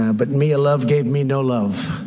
ah but mia love gave me no love,